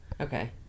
Okay